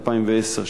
2010,